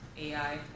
AI